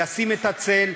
ישים את הצל,